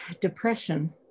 depression